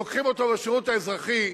לוקחים אותו לשירות האזרחי,